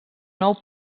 nou